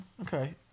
okay